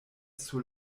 sur